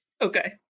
Okay